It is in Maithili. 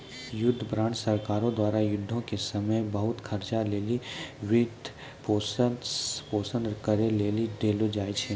युद्ध बांड सरकारो द्वारा युद्धो के समय मे बहुते खर्चा लेली वित्तपोषन करै लेली देलो जाय छै